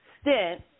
stint